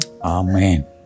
Amen